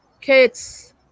kids